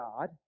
God